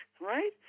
right